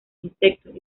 insectos